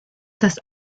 das